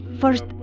First